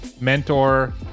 mentor